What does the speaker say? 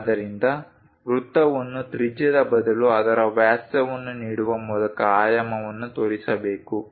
ಆದ್ದರಿಂದ ವೃತ್ತವನ್ನು ತ್ರಿಜ್ಯದ ಬದಲು ಅದರ ವ್ಯಾಸವನ್ನು ನೀಡುವ ಮೂಲಕ ಆಯಾಮವನ್ನು ತೋರಿಸಬೇಕು